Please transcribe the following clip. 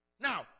Now